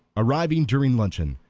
arriving during luncheon,